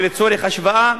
ולצורך השוואה,